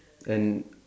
and